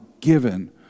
given